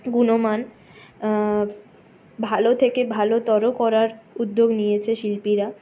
গুণমান ভালো থেকে ভালোতর করার উদ্যোগ নিয়েছে শিল্পীরা